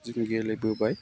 जों गेलेबोबाय